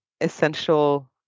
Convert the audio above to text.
essential